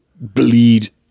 bleed